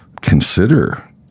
consider